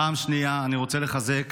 פעם שנייה, אני רוצה לחזק